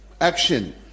action